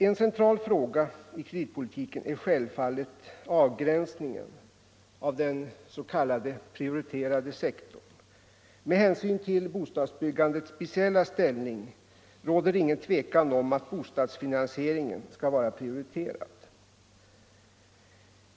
En central fråga i kreditpolitiken är självfallet avgränsningen av den s.k. prioriterade sektorn. Med hänsyn till bostadsbyggandets speciella ställning råder det ingen tvekan om att bostadsfinansieringen skall vara — Nr 139 prioriterad.